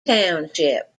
township